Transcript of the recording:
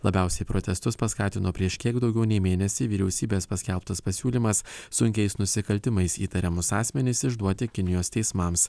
labiausiai protestus paskatino prieš kiek daugiau nei mėnesį vyriausybės paskelbtas pasiūlymas sunkiais nusikaltimais įtariamus asmenis išduoti kinijos teismams